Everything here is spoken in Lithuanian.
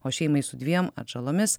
o šeimai su dviem atžalomis